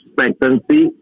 expectancy